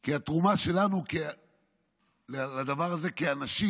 כי התרומה שלנו לדבר הזה כאנשים,